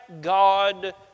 God